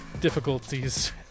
difficulties